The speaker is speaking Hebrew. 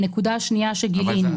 הדבר השני שגילנו,